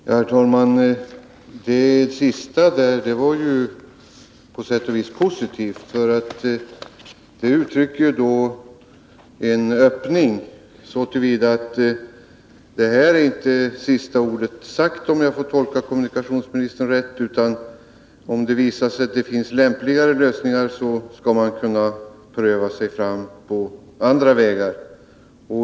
Herr talman! Det sistnämnda var ju på sätt och vis positivt, för det ger en öppning så till vida att det antyder att sista ordet inte är sagt i det här fallet. Om jag tolkar kommunikationsministern rätt, skall man kunna pröva sig fram på andra vägar, om det visar sig att det finns lämpligare lösningar.